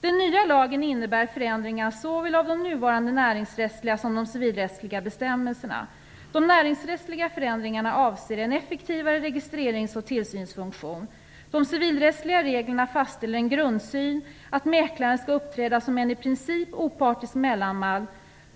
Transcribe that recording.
Den nya lagen innebär en förändring av såväl de nuvarande näringsrättsliga som civilrättsliga bestämmelserna. De näringsrättsliga förändringarna avser en effektivare registrerings och tillsynsfunktion. De civilrättsliga reglerna fastställer en grundsyn att mäklaren skall uppträda som en i princip opartisk mellanman